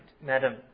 madam